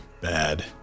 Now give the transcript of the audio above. bad